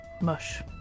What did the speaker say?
Mush